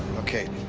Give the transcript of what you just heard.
ok.